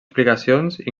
explicacions